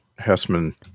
Hessman